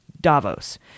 Davos